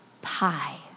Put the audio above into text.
Pie